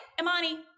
Imani